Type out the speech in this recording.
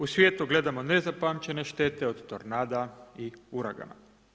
U svijetu gledamo nezapamćene štete od tornada i uragana.